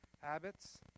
Habits